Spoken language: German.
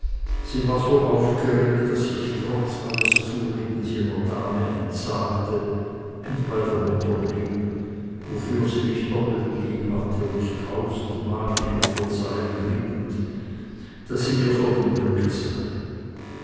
sie war so aufgeregt daß ich trotz alles zuredens jener dame entsagte und bei der mutter blieb wofür sie mich doppelt liebhatte tausendmal mich um verzeihung bittend daß sie mir vor dem glücke sei